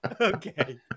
okay